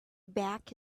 back